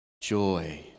joy